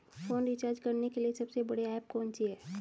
Phone recharge करने के लिए सबसे बढ़िया ऐप कौन सी है?